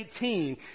18